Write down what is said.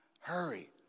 hurry